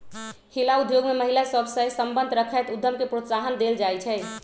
हिला उद्योग में महिला सभ सए संबंध रखैत उद्यम के प्रोत्साहन देल जाइ छइ